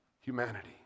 humanity